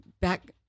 back